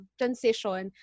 transition